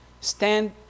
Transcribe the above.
stand